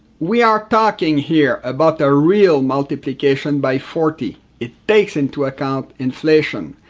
we are talking here about a real multiplication by forty. it takes into account inflation.